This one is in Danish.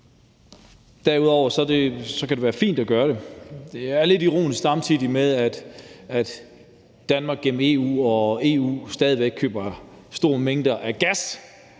Derudover kan det være fint at gøre det. Det er lidt ironisk, at vi, samtidig med at Danmark gennem EU og EU stadig væk køber store mængder af gas